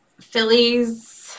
Phillies